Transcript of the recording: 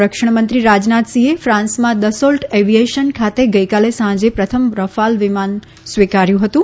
સંરક્ષણમંત્રી રાજનાથસિંહે ફાન્સમાં દસોલ્ટ એવિએશન ખાતે ગઈકાલે સાંજે પ્રથમ રફાલ વિમાન સ્વીકાર્યું હતું